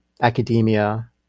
academia